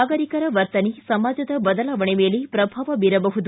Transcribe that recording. ನಾಗರಿಕರ ವರ್ತನೆ ಸಮಾಜದ ಬದಲಾವಣೆ ಮೇಲೆ ಪ್ರಭಾವ ಬೀರಬಹುದು